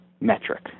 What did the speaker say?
metric